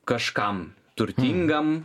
kažkam turtingam